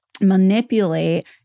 manipulate